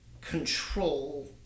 control